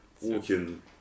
walking